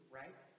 right